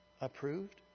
approved